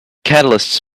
catalysts